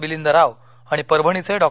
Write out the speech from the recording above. मिलिंद राव आणि परभणीचे डॉ